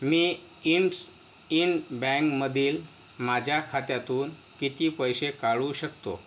मी इंड्सइन बँकमधील माझ्या खात्यातून किती पैसे काढू शकतो